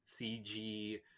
CG